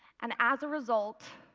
and as a result,